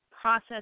process